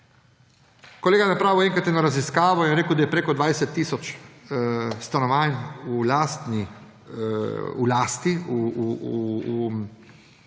Kolega je napravil enkrat eno raziskavo in rekel, da je preko 20 tisoč stanovanj v zasebni lasti, ki